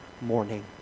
morning